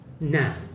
Now